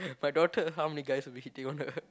my daughter how many guys will be hitting on her